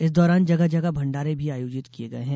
इस दौरान जगह जगह भंडारे भी आयोजित किये गये हैं